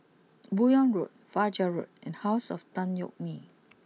Buyong Road Fajar Road and house of Tan Yeok Nee